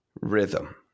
rhythm